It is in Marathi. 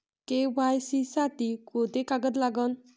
के.वाय.सी साठी कोंते कागद लागन?